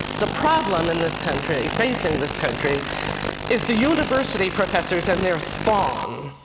the problem in this country, facing this country is the university professors and their spawn.